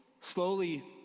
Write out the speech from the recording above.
slowly